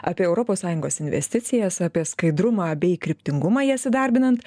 apie europos sąjungos investicijas apie skaidrumą bei kryptingumą jas įdarbinant